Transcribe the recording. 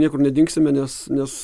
niekur nedingsime nes nes